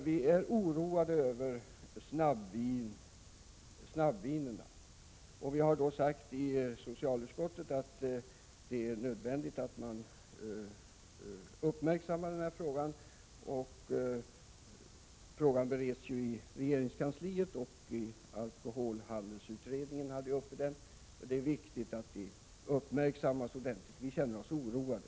Vi är oroade över utvecklingen när det gäller snabbvinerna och har därför sagt att det är nödvändigt att man uppmärksammar detta. Frågan bereds i regeringskansliet sedan alkoholhandelsutredningen har tagit upp frågan. Det är alltså nödvändigt att frågan uppmärksammas ordentligt. Vi är, som sagt, oroade.